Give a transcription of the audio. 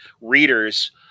readers